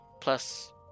plus